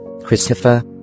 Christopher